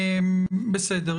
בסדר.